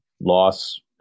loss